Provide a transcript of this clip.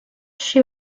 she